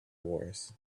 wars